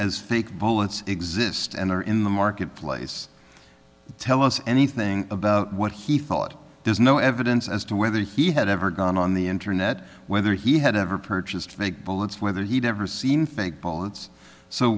fake bullets exist and are in the marketplace tell us anything about what he thought there's no evidence as to whether he had ever gone on the internet whether he had ever purchased fake bullets whether he'd ever seen fake ball it's so